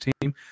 team